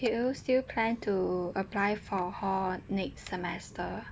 do you still plan to apply for hall next semester